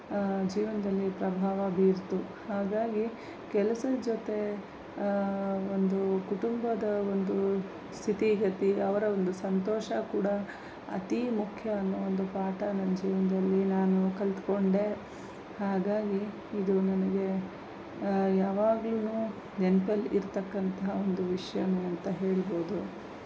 ಜೀವನದಲ್ಲಿ ಪ್ರಭಾವ ಬೀರಿತು ಹಾಗಾಗಿ ಕೆಲಸದ ಜೊತೆ ಒಂದು ಕುಟುಂಬದ ಒಂದು ಸ್ಥಿತಿ ಗತಿ ಅವರ ಒಂದು ಸಂತೋಷ ಕೂಡ ಅತಿ ಮುಖ್ಯ ಅನ್ನೋ ಒಂದು ಪಾಠ ನನ್ನ ಜೀವನದಲ್ಲಿ ನಾನು ಕಲಿತ್ಕೊಂಡೆ ಹಾಗಾಗಿ ಇದು ನನಗೆ ಯಾವಾಗಲೂ ನೆನಪಲ್ಲಿ ಇರತಕ್ಕಂಥ ಒಂದು ವಿಷಯನೇ ಅಂತ ಹೇಳ್ಬೋದು